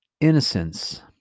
innocence